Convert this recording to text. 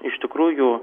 iš tikrųjų